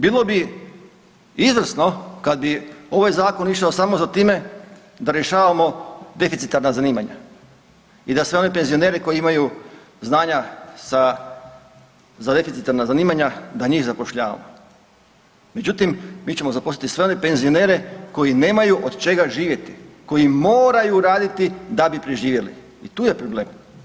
Bilo bi izvrsno kad bi ovaj zakon išao samo za time da rješavamo deficitarna zanimanja i da sve one penzionere koji imaju znanja sa za deficitarna zanimanja da njih zapošljavamo, međutim mi ćemo zaposliti sve one penzionere koji nemaju od čega živjeti, koji moraju raditi da bi preživjeli i tu je problem.